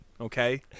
okay